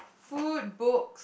food book